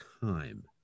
time